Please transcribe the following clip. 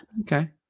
Okay